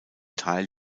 teil